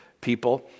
people